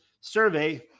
survey